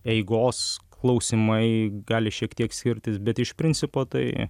eigos klausimai gali šiek tiek skirtis bet iš principo tai